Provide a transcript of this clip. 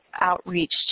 outreach